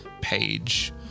page